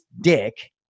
dick